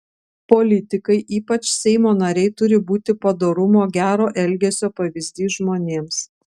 politikai ypač seimo nariai turi būti padorumo gero elgesio pavyzdys žmonėms